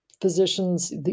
physicians